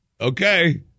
okay